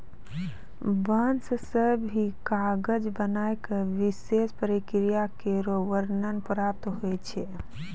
बांस सें भी कागज बनाय क विशेष प्रक्रिया केरो वर्णन प्राप्त होय छै